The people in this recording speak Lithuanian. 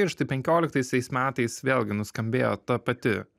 ir štai penkioliktaisiais metais vėlgi nuskambėjo ta pati